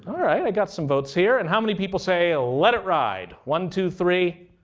all right. i got some votes here. and how many people say, ah let it ride? one, two, three.